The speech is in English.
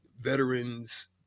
veterans